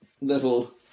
little